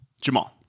Jamal